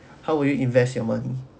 how would you invest your money